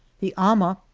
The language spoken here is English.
the ama,